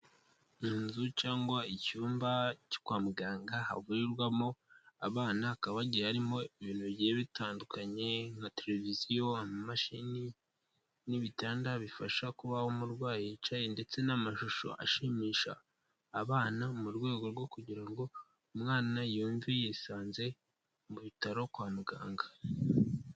Inzu cyangwa icyumba cyo kwa muganga havurirwamo abana hakaba hagiye harimo ibintu bigiye bitandukanye nka televiziyo, imashini n'ibitanda bifasha kuba umurwayi yicaye ndetse n'amashusho ashimisha abana mu rwego rwo kugira ngo umwana yumve yisanze mu bitaro kwa muganga.